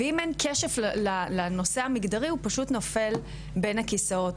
ואם אין כסף לנושא המגדרי אז הוא פשוט נופל בין הכיסאות.